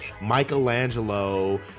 michelangelo